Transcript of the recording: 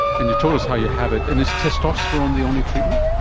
and you told us how you have it. and is testosterone the only treatment?